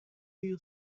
you